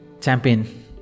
champion